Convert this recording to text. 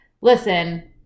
listen